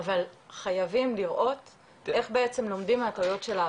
אבל חייבים לראות איך לומדים מטעויות העבר.